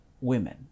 women